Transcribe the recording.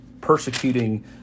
persecuting